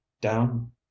down